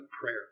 prayer